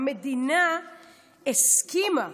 המדינה הסכימה.